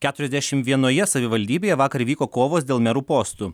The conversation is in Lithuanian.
keturiasdešim vienoje savivaldybėje vakar įvyko kovos dėl merų postų